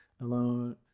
alone